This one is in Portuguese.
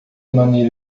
maneira